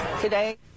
today